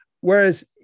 Whereas